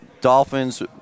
Dolphins